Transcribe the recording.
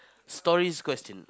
stories questions